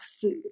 food